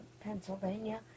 pennsylvania